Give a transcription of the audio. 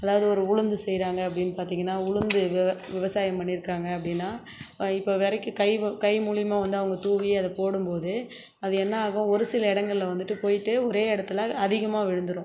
அதாவது ஒரு உளுந்து செய்யறாங்க அப்படின் பார்த்தீங்கன்னா உளுந்து விவ விவசாயம் பண்ணியிருக்காங்க அப்படின்னா பா இப்போ விரைக்கி கை வ கை மூலிமா வந்து அவங்க தூவி அது போடும்போது அது என்ன ஆகும் ஒரு சில இடங்கள்ல வந்துட்டு போய்விட்டு ஒரே இடத்துல அதிகமாக விழுந்துடும்